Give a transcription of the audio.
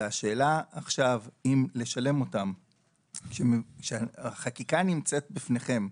והשאלה עכשיו אם לשלם אותם כשהחקיקה נמצאת בפניכם,